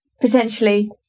potentially